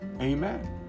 Amen